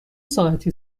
ساعتی